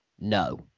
No